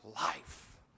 life